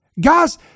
Guys